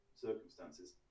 circumstances